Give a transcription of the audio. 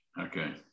Okay